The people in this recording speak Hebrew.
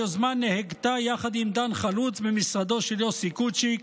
היוזמה נהגתה יחד עם דן חלוץ במשרדו של יוסי קוצ'יק,